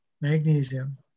magnesium